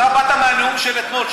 אתה באת מהנאום של אתמול.